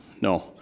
No